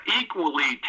equally